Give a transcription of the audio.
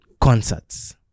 concerts